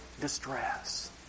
distress